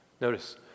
Notice